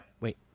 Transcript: Wait